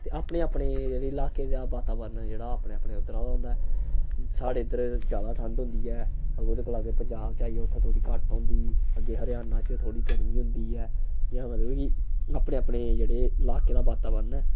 ते अपने अपने जेह्ड़े लाके दा बाताबरण ऐ जेह्ड़ा अपने अपने इद्धरा दा होंदा ऐ साढ़े इद्धर जैदा ठंड होंदी ऐ ओह्दे कोला अग्गैं पंजाब च आई जाओ उत्थै थोह्ड़ी घट्ट होंदी अग्गे हरियाणा च थोह्ड़ी गर्मी होंदी ऐ जि'यां मतलब कि अपने अपने जेह्ड़े लाके दा वातावरण ऐ